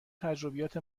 تجربیات